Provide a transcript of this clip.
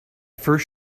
first